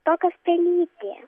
tokios pelytė